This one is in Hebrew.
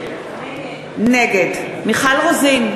נגד מיכל רוזין,